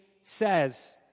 says